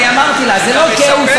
אמרתי לה: זה לא כאוס,